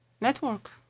Network